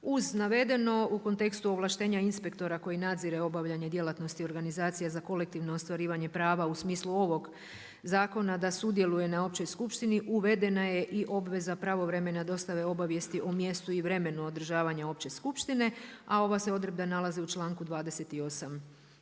Uz navedeno u kontekstu ovlaštenja inspektora koji nadzire obavljanje djelatnosti organizacija za kolektivno ostvarivanje prava u smislu ovog zakona da sudjeluje na općoj skupštini uvedena je i obveza pravovremene dostave obavijesti o mjestu i vremenu održavanja opće skupštine a ova se odredba nalazi u članu 28.